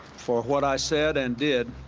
for what i said and did